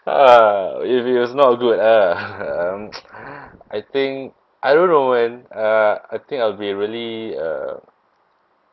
ah if it was not good ah um I think I don't know man uh I think I'll be really uh